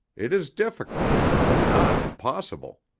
it is difficult, but not impossible.